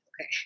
okay